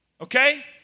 Okay